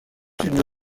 d’une